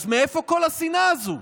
אז מאיפה כל השנאה הזו?